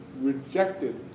rejected